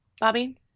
Bobby